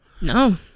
No